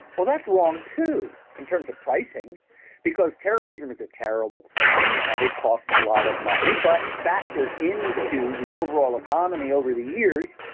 well, that's wrong too in terms of pricing because terrorism is a terrible thing and it costs a lot of money, but factored into the overall economy over the years,